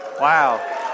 Wow